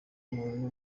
umuntu